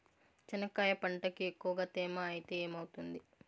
చెనక్కాయ పంటకి ఎక్కువగా తేమ ఐతే ఏమవుతుంది?